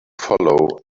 follow